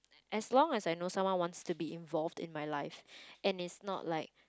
as long as I know someone wants to be involved in my life and it's not like